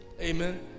Amen